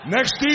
Next